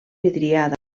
vidriada